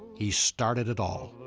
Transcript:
he started it all.